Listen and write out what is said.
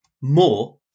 more